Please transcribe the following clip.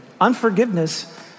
Unforgiveness